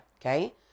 okay